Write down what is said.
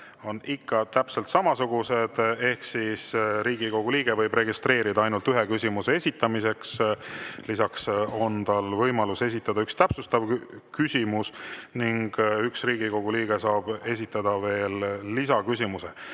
on ikka täpselt samasugused: Riigikogu liige võib registreeruda ainult ühe küsimuse esitamiseks, lisaks on tal võimalus esitada üks täpsustav küsimus ning üks Riigikogu liige saab esitada veel lisaküsimuse.